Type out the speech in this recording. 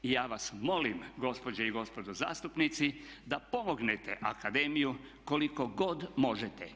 I ja vas molim gospođe i gospodo zastupnici da pomognete akademiju koliko god možete.